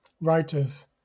writers